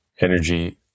energy